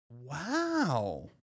Wow